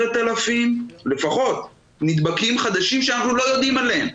10,000 נדבקים חדשים שאנחנו לא יודעים עליהם,